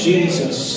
Jesus